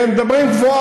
כן, מדברים גבוהה.